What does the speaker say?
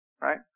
right